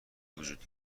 وجود